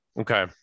Okay